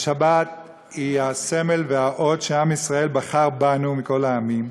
השבת היא הסמל והאות שבעם ישראל בחר מכל העמים.